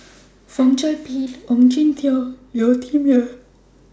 Fong Chong Pik Ong Jin Teong and Yeo Tiam Siew